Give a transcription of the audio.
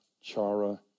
Chara